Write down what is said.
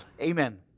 Amen